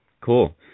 Cool